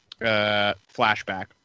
flashback